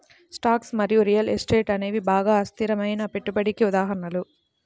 stocks మరియు real estate అనేవి బాగా అస్థిరమైన పెట్టుబడికి ఉదాహరణలు